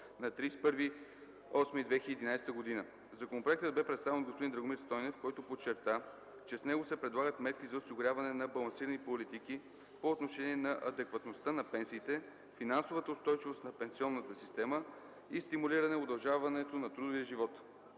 август 2011 г. Законопроектът бе представен от господин Драгомир Стойнев, който подчерта, че с него се предлагат мерки за осигуряването на балансирани политики по отношение на адекватността на пенсиите, финансовата устойчивост на пенсионната система и стимулиране удължаването на трудовия живот.